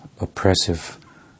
oppressive